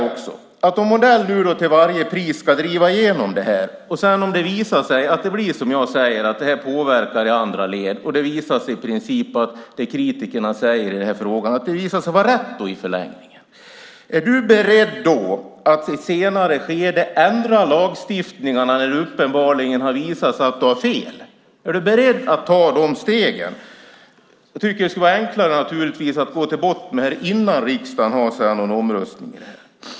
Om Odell till varje pris ska driva igenom det här och det visar sig att det blir som jag säger, att det här påverkar i andra led, och det i princip visar sig att det kritikerna säger i den här frågan i förlängningen blir rätt: Är du beredd att i ett senare skede ändra lagstiftningen när det uppenbart har visat sig att du har fel? Är du beredd att ta de stegen? Jag tycker naturligtvis att det skulle vara enklare att gå till botten med det här innan riksdagen har en omröstning.